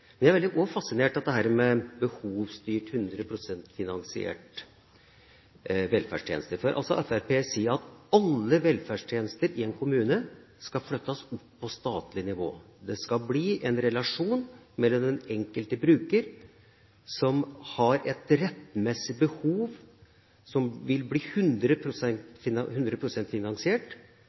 Men jeg er også veldig fasinert av dette med behovsstyrte, 100 pst. finansierte velferdstjenester. For Fremskrittspartiet sier at alle velferdstjenester i en kommune skal flyttes opp på statlig nivå. Det skal være en relasjon mellom staten og den enkelte bruker som har et rettmessig behov, og det vil bli 100 pst. finansiert